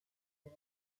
des